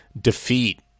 defeat